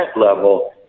level